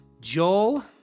Joel